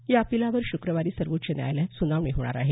या अपीलावर शुक्रवारी सर्वोच्च न्यायालयात सुनावणी होणार आहे